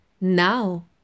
now